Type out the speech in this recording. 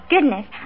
goodness